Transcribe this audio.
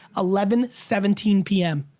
eleven seventeen p m.